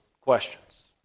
Questions